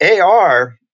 AR